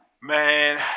man